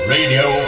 Radio